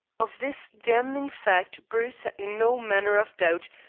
of this damning fact bruce had no manner of doubt,